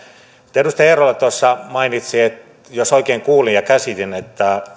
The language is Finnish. mutta edustaja eerola tuossa mainitsi jos oikein kuulin ja käsitin